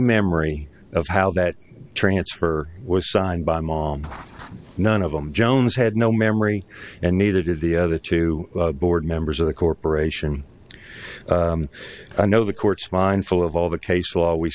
memory of how that transfer was signed by mom none of them jones had no memory and neither did the other two board members of the corporation i know the courts mindful of all the case law we